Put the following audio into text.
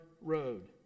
road